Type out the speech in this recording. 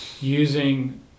using